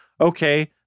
okay